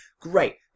great